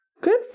good